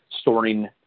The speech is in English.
storing